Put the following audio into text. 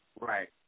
Right